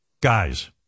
guys